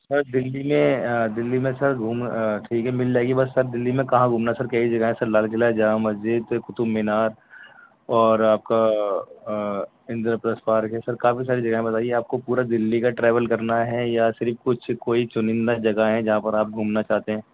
سر دلّی میں دلّی میں سر گھوم آ ٹھیک ہے مِل جائے گی بس سر دلّی میں کہاں گھومنا سر کئی جگہ ہیں سرلال قلعہ ہے جامع مسجد قطب مینار اور آپ کا اِندر پرستھ پارک ہے سر کافی ساری جگہ ہیں بتائیے آپ کو پورا دلّی کا ٹریویل کرنا ہے یا صرف کچھ کوئی چنندہ جگہ ہیں جہاں پر آپ گُھومنا چاہتے ہیں